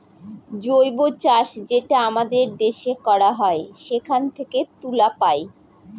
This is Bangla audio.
জৈব চাষ যেটা আমাদের দেশে করা হয় সেখান থেকে তুলা পায়